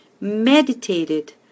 meditated